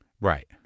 right